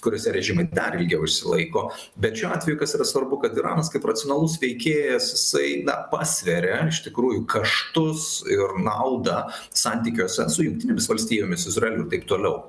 kuriose režimai dar ilgiau išsilaiko bet šiuo atveju kas yra svarbu kad iranas kaip racionalus veikėjas jisai na pasveria iš tikrųjų kaštus ir naudą santykiuose su jungtinėmis valstijomis izraeliu ir taip toliau